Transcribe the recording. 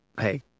hey